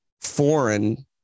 foreign